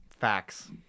facts